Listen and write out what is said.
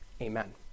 Amen